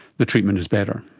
the treatment is better?